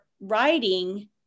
writing